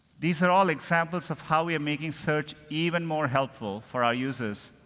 these are all examples of how we are making search even more helpful for our users,